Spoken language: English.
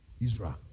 Israel